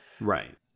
Right